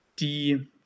die